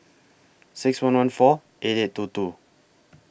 six one one four eight eight two two